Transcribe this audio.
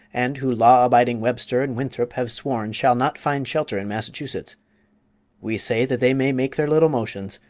and who law-abiding webster and winthrop have sworn shall not find shelter in massachusetts we say that they may make their little motions,